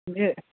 तुम्ही